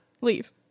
leave